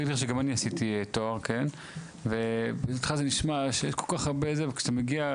גם אני עשיתי תואר וזה נשמע כל כך הרבה ושאתה מגיע,